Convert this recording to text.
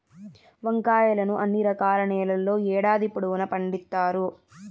వంకాయలను అన్ని రకాల నేలల్లో ఏడాది పొడవునా పండిత్తారు